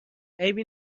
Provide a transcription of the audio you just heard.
عیبی